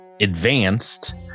advanced